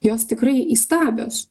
jos tikrai įstabios